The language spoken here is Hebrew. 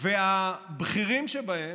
והבכירים שבהם,